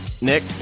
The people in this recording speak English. Nick